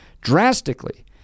drastically